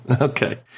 Okay